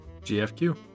GFQ